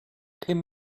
him